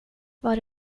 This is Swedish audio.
var